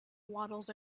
waddles